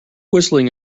whistling